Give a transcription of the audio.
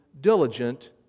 diligent